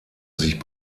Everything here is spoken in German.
sich